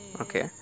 Okay